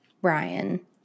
Brian